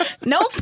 nope